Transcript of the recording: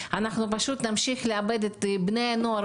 לפתוח את ישיבת ועדת הבריאות.